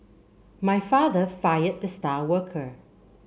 my father fired the star worker